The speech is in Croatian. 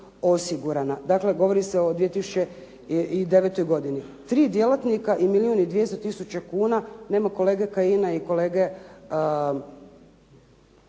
osigurana. Dakle govori se o 2009. godini. Tri djelatnika i milijun i 200 tisuća kuna, nema kolege Kajina i kolege,